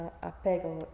apego